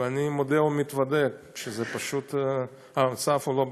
ואני מודה ומתוודה שפשוט המצב הוא לא בסדר,